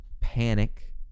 panic